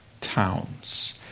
towns